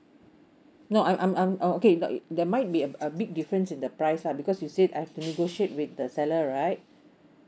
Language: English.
no I'm I'm I'm okay got it there might be a a big difference in the price lah because you said I've to negotiate with the seller right